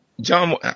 John